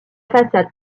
façade